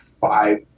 five